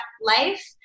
life